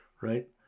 Right